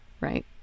right